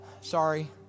Sorry